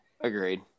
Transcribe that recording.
Agreed